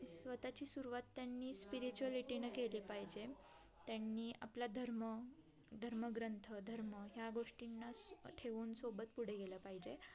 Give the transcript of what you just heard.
स्वतःची सुरुवात त्यांनी स्पिरिच्युअलिटीनं केली पाहिजे त्यांनी आपला धर्म धर्मग्रंथ धर्म ह्या गोष्टींना ठेवून सोबत पुढे गेलं पाहिजे